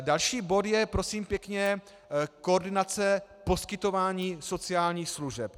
Další bod je, prosím pěkně, koordinace poskytování sociálních služeb.